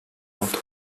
oldu